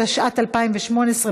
התשע"ט 2018,